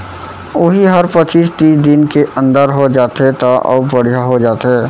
उही हर पचीस तीस दिन के अंदर हो जाथे त अउ बड़िहा हो जाथे